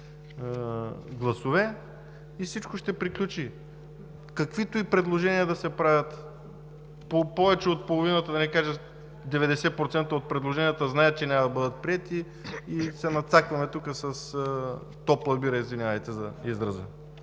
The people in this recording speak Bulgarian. гласове, и всичко ще приключи. Каквито и предложения да се правят, повече от половината, да не кажа 90% от предложенията знаете, че няма да бъдат приети, и се надцакваме тук с топла бира, извинявайте за израза.